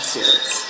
Series